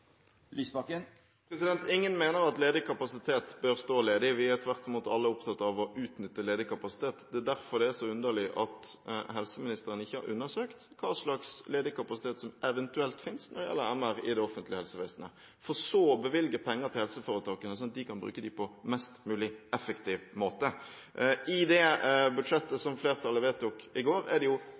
Ingen mener at ledig kapasitet bør stå ledig. Vi er alle tvert imot opptatt av å utnytte ledig kapasitet. Det er derfor det er så underlig at helseministeren ikke har undersøkt hva slags ledig kapasitet som eventuelt finnes når det gjelder MR i det offentlige helsevesenet, for så å bevilge penger til helseforetakene sånn at de kan bruke dem på mest mulig effektiv måte. I det budsjettet som flertallet vedtok i går, er det